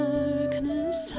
Darkness